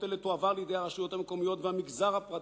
אלה יועברו לידי הרשויות המקומיות והמגזר הפרטי.